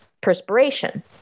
perspiration